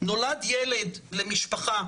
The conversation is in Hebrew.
עם המכון ירושלים למחקרי מדיניות ומכון - בעצם השאלה,